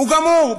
הוא גמור,